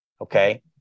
okay